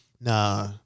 nah